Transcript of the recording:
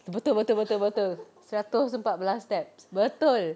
betul betul betul betul seratus empat belas steps betul